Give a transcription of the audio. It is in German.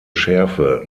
schärfe